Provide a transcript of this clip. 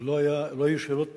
לא היו שאלות?